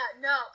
no